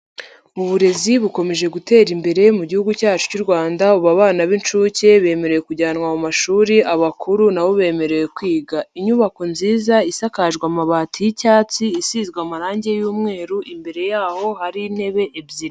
Uburezi bukomeje gutera imbere mu gihugu cyacu cy'u Rwanda ubu abana b'incuke bemerewe kujyanwa mu mashuri abakuru nabo bemerewe kwiga, inyubako nziza isakaje amabati y'icyatsi isizwe amarangi y'umweru imbere yaho hari intebe ebyiri.